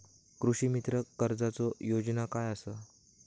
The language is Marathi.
कृषीमित्र कर्जाची योजना काय असा?